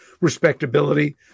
respectability